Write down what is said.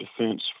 Defense